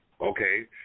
okay